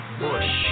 bush